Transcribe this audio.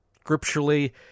scripturally